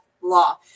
law